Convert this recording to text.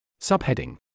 Subheading